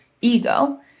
ego